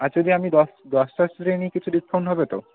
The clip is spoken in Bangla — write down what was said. আর যদি আমি দশ দশটা স্প্রে নিই কিছু ডিসকাউন্ট হবে তো